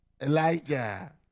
Elijah